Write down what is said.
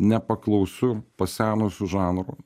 nepaklausiu pasenusiu žanru